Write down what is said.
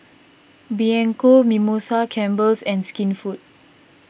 Bianco Mimosa Campbell's and Skinfood